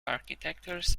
architectures